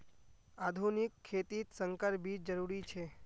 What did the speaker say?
आधुनिक खेतित संकर बीज जरुरी छे